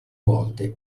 volte